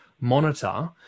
monitor